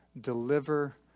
deliver